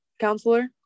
counselor